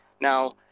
Now